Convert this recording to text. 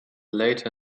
later